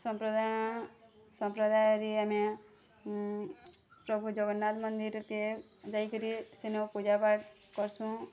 ସଂପ୍ରଦାୟଣ ସଂପ୍ରଦାୟରେ ଆମେ ପ୍ରଭୁ ଜଗନ୍ନାଥ ମନ୍ଦିର୍କେ ଯାଇ କରି ସେନ ପୂଜା ପାଠ୍ କର୍ସୁଁ